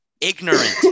ignorant